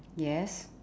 yes